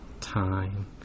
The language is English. Time